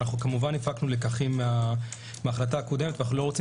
אנחנו כמובן הפקנו לקחים מההחלטה הקודמת ואנחנו לא רוצים